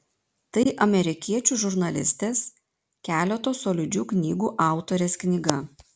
tai amerikiečių žurnalistės keleto solidžių knygų autorės knyga